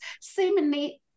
seemingly